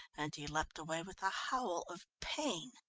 and he leapt away with a howl of pain.